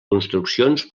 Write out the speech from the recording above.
construccions